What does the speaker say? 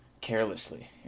carelessly